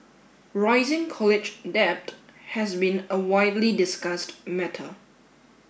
rising college debt has been a widely discussed matter